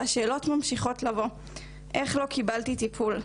והשאלות ממשיכות לבוא - איך לא קיבלתי טיפול?